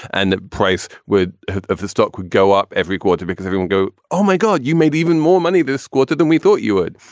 and that price would of the stock would go up every quarter because everyone go, oh, my god, you made even more money this quarter than we thought you would.